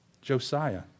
Josiah